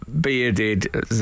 bearded